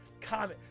comment